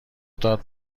داد